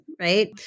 right